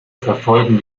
verfolgen